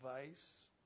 advice